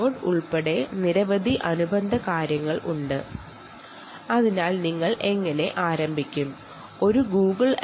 node ഉൾപ്പെടെ നിരവധി അനുബന്ധ ആപ്പിക്കേഷനുകൾ നിങ്ങൾക്ക് ഇതിൽ നിർമിക്കാൻ കഴിയും